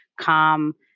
calm